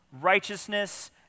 righteousness